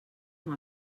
amb